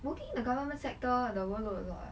working in the government sector the work load a lot ah